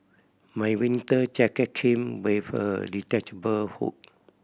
my winter jacket came with a detachable hood